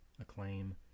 acclaim